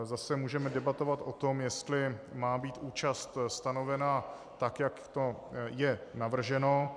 Zase můžeme debatovat o tom, jestli má být účast stanovena tak, jak to je navrženo.